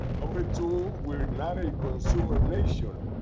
number two, we're not a consumer nation,